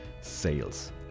sales